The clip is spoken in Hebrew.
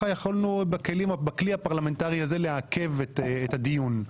יכולנו בכלי הפרלמנטרי הזה לעכב את הדיון.